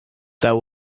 there